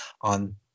on